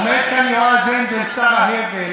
אנחנו אופוזיציה, עומד כאן יועז הנדל, שר ההבל,